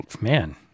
Man